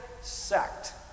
sect